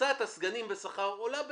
מכסת הסגנים בשכר עולה באחת,